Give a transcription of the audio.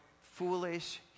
foolish